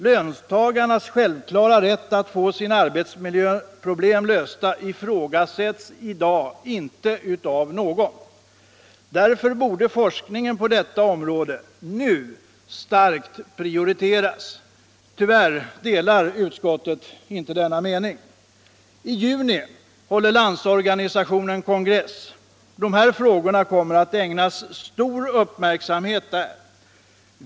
Löntagarnas självklara rätt att få sina arbetsmiljöproblem lösta ifrågasätts i dag inte av någon. Därför borde forskningen på detta område nu starkt prioriteras. Tyvärr delar inte utskottet denna mening. I juni håller Landsorganisationen kongress. Dessa frågor kommer att ägnas stor uppmärksamhet där.